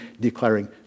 declaring